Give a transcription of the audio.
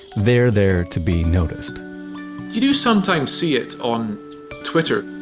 they're there to be noticed you do sometimes see it on twitter.